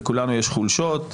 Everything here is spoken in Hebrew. לכולנו יש חולשות,